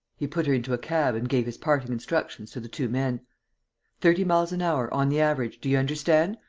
he put her into a cab and gave his parting instructions to the two men thirty miles an hour, on the average, do you understand?